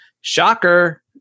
Shocker